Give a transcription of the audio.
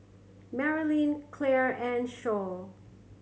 Merilyn Claire and